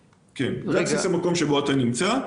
כן, זה על בסיס המקום שבו אתה נמצא.